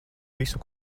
visu